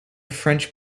french